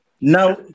now